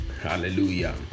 hallelujah